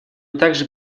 также